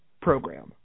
program